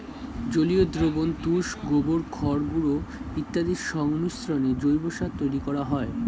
জলীয় দ্রবণ, তুষ, গোবর, খড়গুঁড়ো ইত্যাদির সংমিশ্রণে জৈব সার তৈরি করা হয়